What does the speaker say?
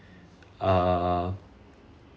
uh